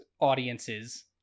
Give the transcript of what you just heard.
audiences